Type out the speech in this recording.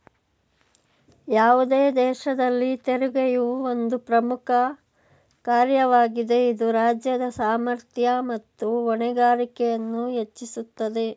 ಯಾವುದೇ ದೇಶದಲ್ಲಿ ತೆರಿಗೆಯು ಒಂದು ಪ್ರಮುಖ ಕಾರ್ಯವಾಗಿದೆ ಇದು ರಾಜ್ಯದ ಸಾಮರ್ಥ್ಯ ಮತ್ತು ಹೊಣೆಗಾರಿಕೆಯನ್ನು ಹೆಚ್ಚಿಸುತ್ತದೆ